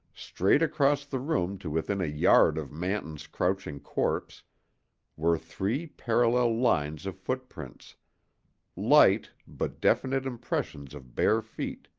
straight across the room to within a yard of manton's crouching corpse were three parallel lines of footprints light but definite impressions of bare feet,